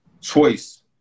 choice